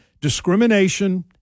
discrimination